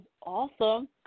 awesome